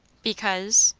because?